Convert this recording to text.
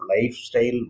lifestyle